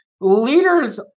Leaders